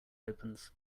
opens